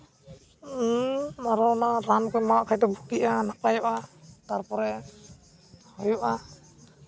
ᱟᱨ ᱦᱚᱸ ᱚᱱᱟ ᱨᱟᱱ ᱠᱚ ᱮᱢᱟᱣᱟ ᱟᱜ ᱠᱷᱟᱡ ᱫᱚ ᱵᱩᱜᱤᱜᱼᱟ ᱱᱟᱯᱟᱭᱚᱜᱼᱟ ᱛᱟᱨᱯᱚᱨᱮ ᱦᱩᱭᱩᱜᱼᱟ